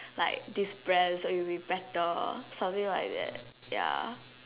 like these Brands will be better something like that ya